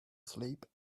sleep